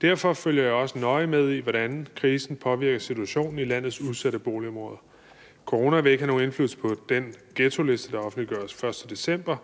Derfor følger jeg også nøje med i, hvordan krisen påvirker situationen i landets udsatte boligområder. Corona vil ikke have nogen indflydelse på den ghettoliste, der offentliggøres 1. december.